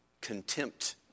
contempt